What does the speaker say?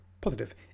positive